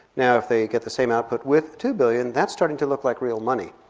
now if they get the same output with two billion that's starting to look like real money.